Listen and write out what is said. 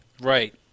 Right